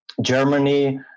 Germany